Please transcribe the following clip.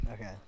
Okay